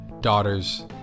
daughters